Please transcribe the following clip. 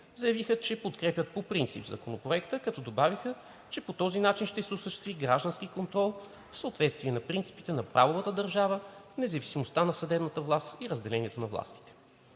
заявиха, че подкрепят по принцип Законопроекта, като добавиха, че по този начин ще се осъществи граждански контрол в съответствие с принципите на правовата държава, независимостта на съдебната власт и разделението на властите.